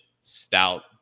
stout